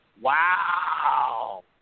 Wow